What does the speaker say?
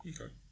okay